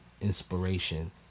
inspiration